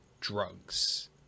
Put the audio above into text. drugs